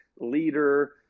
leader